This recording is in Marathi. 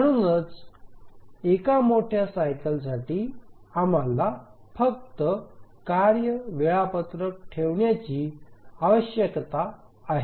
म्हणूनच एका मोठ्या सायकलसाठी आम्हाला फक्त कार्य वेळापत्रक ठेवण्याची आवश्यकता आहे